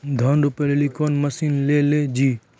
धान रोपे लिली कौन मसीन ले लो जी?